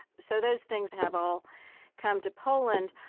so those things have all come to poland.